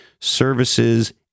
services